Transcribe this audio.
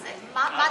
אז, מה דעתך?